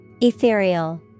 Ethereal